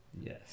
yes